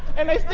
and they